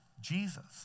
Jesus